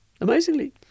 Amazingly